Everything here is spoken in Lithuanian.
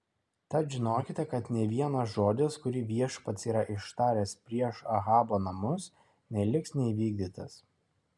tad žinokite kad nė vienas žodis kurį viešpats yra ištaręs prieš ahabo namus neliks neįvykdytas